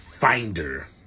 finder